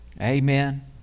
Amen